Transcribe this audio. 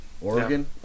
Oregon